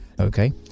okay